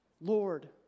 Lord